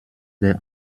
der